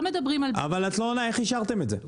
אבל את לא עונה איך אישרתם את זה?